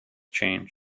change